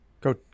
Go